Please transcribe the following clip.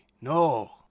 No